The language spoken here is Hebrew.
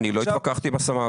אני לא התווכחתי עם הסמ"ק.